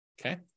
Okay